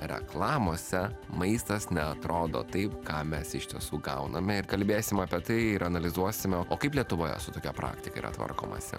reklamose maistas neatrodo taip ką mes iš tiesų gauname ir kalbėsim apie tai ir analizuosime o kaip lietuvoje su tokia praktika yra tvarkomasi